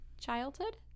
childhood